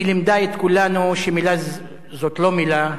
היא לימדה את כולנו שמלה זאת לא מלה,